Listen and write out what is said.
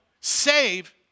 save